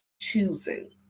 choosing